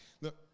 Look